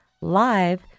live